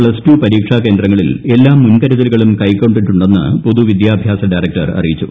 plus two പരീക്ഷാ കേന്ദ്രങ്ങളിൽ എല്ലാ മുൻകരുതലുകളും കൈക്കൊണ്ടിട്ടുണ്ടെന്ന് പൊതു വിദ്യാഭ്യാസ ഡയറക്ടർ അറിയിച്ചു